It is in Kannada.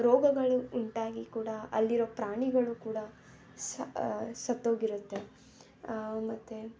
ರೋಗಗಳು ಉಂಟಾಗಿ ಕೂಡ ಅಲ್ಲಿರೋ ಪ್ರಾಣಿಗಳು ಕೂಡ ಸಹ ಸತ್ತೋಗಿರುತ್ತೆ ಮತ್ತೆ